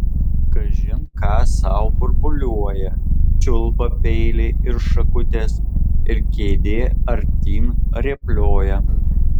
kažin ką sau burbuliuoja čiulba peiliai ir šakutės ir kėdė artyn rėplioja